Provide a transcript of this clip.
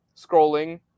scrolling